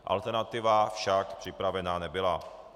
Alternativa však připravena nebyla.